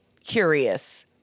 curious